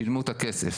שילמו את הכסף,